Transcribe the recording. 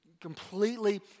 completely